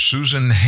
Susan